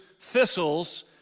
thistles